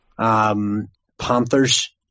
Panthers